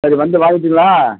சரி வந்து வாங்கிக்கிட்டுங்களா